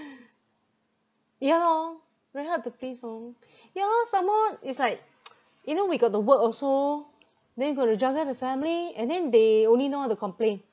ya lor very hard to please orh ya lor some more is like you know we got to work also then got to jaga the family and then they only know how to complain